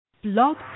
Blog